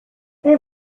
they